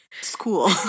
school